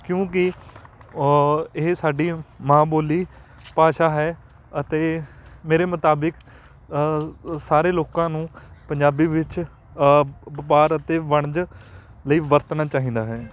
ਕਿਉਂਕਿ ਇਹ ਸਾਡੀ ਮਾਂ ਬੋਲੀ ਭਾਸ਼ਾ ਹੈ ਅਤੇ ਮੇਰੇ ਮੁਤਾਬਿਕ ਸਾਰੇ ਲੋਕਾਂ ਨੂੰ ਪੰਜਾਬੀ ਵਿੱਚ ਵਪਾਰ ਅਤੇ ਵਣਜ ਲਈ ਵਰਤਣਾ ਚਾਹੀਦਾ ਹੈ